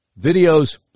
videos